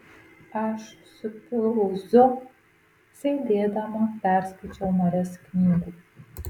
aš su pilvūzu sėdėdama perskaičiau marias knygų